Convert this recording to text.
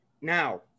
now